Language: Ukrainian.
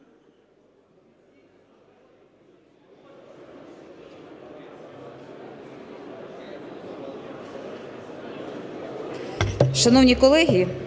Шановні колеги!